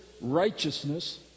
righteousness